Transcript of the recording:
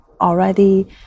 already